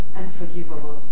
unforgivable